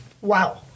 Wow